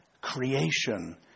creation